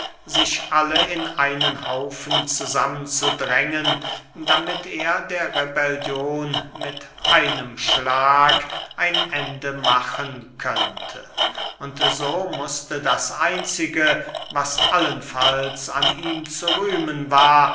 sich alle in einen haufen zusammen zu drängen damit er der rebellion mit einem schlag ein ende machen könnte und so mußte das einzige was allenfalls an ihm zu rühmen war